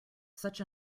such